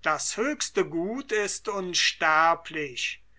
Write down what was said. das höchste gut ist unsterblich